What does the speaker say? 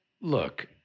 Look